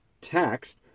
Text